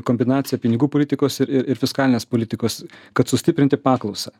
kombinacija pinigų politikos ir ir ir fiskalinės politikos kad sustiprinti paklausą